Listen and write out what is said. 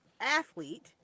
athlete